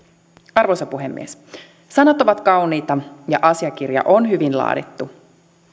arvoisa puhemies sanat ovat kauniita ja asiakirja on hyvin laadittu